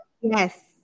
yes